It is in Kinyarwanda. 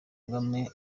kagame